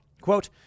Quote